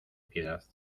piedad